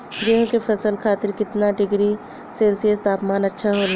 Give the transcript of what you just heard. गेहूँ के फसल खातीर कितना डिग्री सेल्सीयस तापमान अच्छा होला?